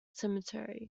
cemetery